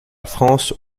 france